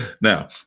Now